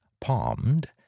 palmed